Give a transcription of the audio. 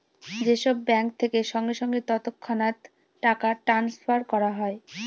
যে সব ব্যাঙ্ক থেকে সঙ্গে সঙ্গে তৎক্ষণাৎ টাকা ট্রাস্নফার করা হয়